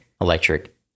electric